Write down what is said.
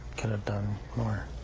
could've done more.